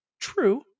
true